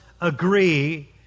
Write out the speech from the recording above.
agree